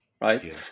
right